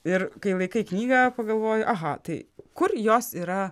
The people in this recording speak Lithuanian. ir kai laikai knygą pagalvoji aha tai kur jos yra